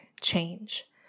change